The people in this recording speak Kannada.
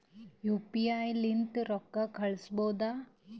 ಯು.ಪಿ.ಐ ಲಿಂದ ರೊಕ್ಕ ಕಳಿಸಬಹುದಾ?